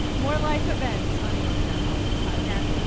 more life events on the npr politics podcast.